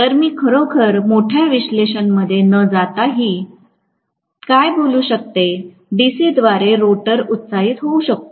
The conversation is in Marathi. तर मी खरोखर मोठ्या विश्लेषणामध्ये न जाताही काय बोलू शकते डीसीद्वारे रोटर उत्साहित होऊ शकतो